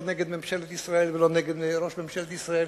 לא נגד ממשלת ישראל ולא נגד ראש ממשלת ישראל.